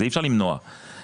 אי אפשר למנוע את זה.